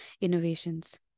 innovations